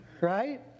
right